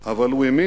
אבל הוא האמין